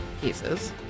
pieces